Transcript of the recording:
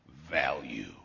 value